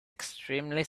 extremely